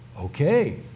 Okay